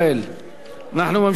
אנחנו ממשיכים בסדר-היום.